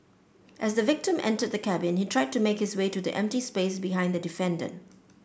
as the victim entered the cabin he tried to make his way to the empty space behind the defendant